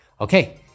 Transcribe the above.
Okay